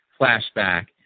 flashback